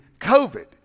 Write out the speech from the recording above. COVID